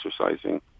exercising